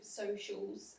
socials